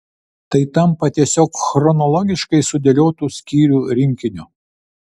tai tampa tiesiog chronologiškai sudėliotu skyrių rinkiniu